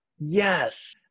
Yes